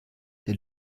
der